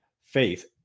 faith